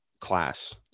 class